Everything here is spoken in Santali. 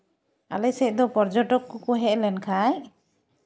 ᱟᱞᱮ ᱥᱮᱫ ᱫᱚ ᱯᱚᱨᱡᱚᱴᱚᱠ ᱠᱚᱠᱚ ᱦᱮᱡ ᱞᱮᱱᱠᱷᱟᱱ